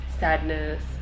Sadness